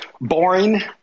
boring